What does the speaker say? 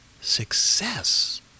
success